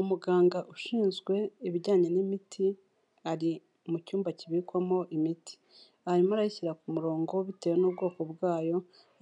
Umuganga ushinzwe ibijyanye n'imiti, ari mu cyumba kibikwamo imiti. Arimo arayashyira ku murongo bitewe n'ubwoko bwayo,